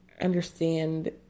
understand